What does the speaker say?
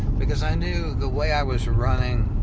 because i knew the way i was running,